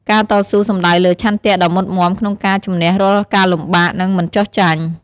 ការតស៊ូសំដៅលើ ឆន្ទៈដ៏មុតមាំក្នុងការជម្នះរាល់ការលំបាក និងមិនចុះចាញ់។